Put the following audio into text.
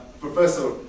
professor